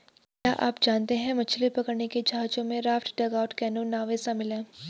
क्या आप जानते है मछली पकड़ने के जहाजों में राफ्ट, डगआउट कैनो, नावें शामिल है?